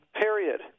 Period